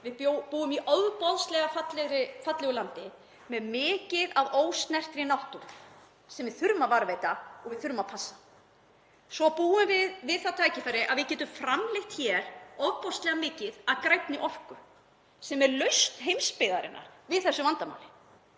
Við búum í ofboðslega fallegu landi með mikið af ósnertri náttúru sem við þurfum að varðveita og við þurfum að passa. Svo búum við við það tækifæri að geta framleitt hér ofboðslega mikið að grænni orku sem er lausn heimsbyggðarinnar við þessu vandamáli.